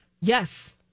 yes